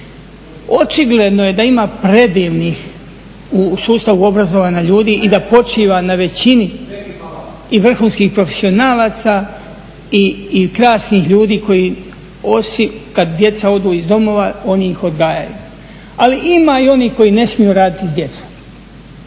Očigledno je da ima predivnih u sustavu obrazovanja ljudi i da počiva na većini i vrhunskih profesionalaca i krasnih ljudi koji kad djeca odu iz domova oni ih odgajaju. Ali ima i onih koji ne smiju raditi s djecom.